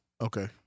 Okay